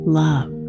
love